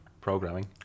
programming